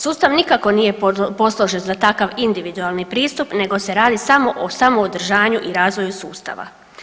Sustav nikako nije posložen za takav individualni pristup nego se radi o samo održanju i razvoju sustava.